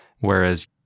whereas